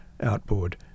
outboard